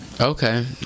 Okay